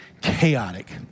chaotic